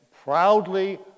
proudly